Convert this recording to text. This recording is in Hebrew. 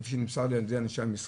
כפי שנמסר לי על ידי אנשי המשרד,